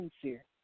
sincere